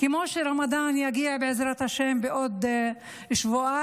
כמו שרמדאן יגיע, בעזרת השם, בעוד שבועיים,